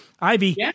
Ivy